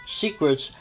secrets